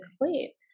wait